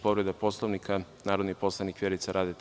Povreda Poslovnika, narodni poslanik Vjerica Radeta.